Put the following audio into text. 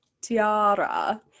Tiara